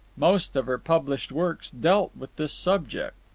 most of her published works dealt with this subject.